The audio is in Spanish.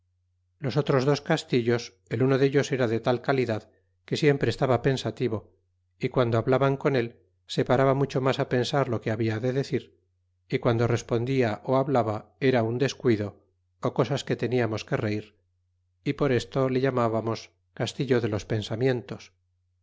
los otros dos castillos el uno dellos era de tal calidad que siempre estaba pensativo y guando hablaban con él se paraba mucho mas á pensar lo que habia de decir y piando respondia ó hablaba era un descuido cosas que teniamos que reir y por esto le llatriábamos castillo de los pensamientos